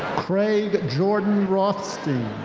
craig jordan rothstein.